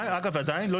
ועדיין, לא